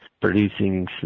producing